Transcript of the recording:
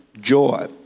joy